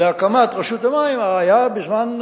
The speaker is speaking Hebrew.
חוק להקמת רשות המים היה בזמן,